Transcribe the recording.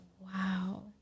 wow